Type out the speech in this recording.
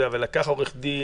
לקח עורך דין,